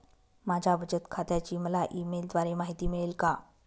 माझ्या बचत खात्याची मला ई मेलद्वारे माहिती मिळेल का?